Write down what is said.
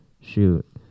shoot